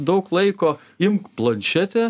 daug laiko imk planšetę